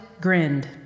grinned